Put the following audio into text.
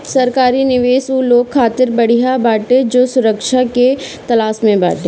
सरकारी निवेश उ लोग खातिर बढ़िया बाटे जे सुरक्षा के तलाश में बाटे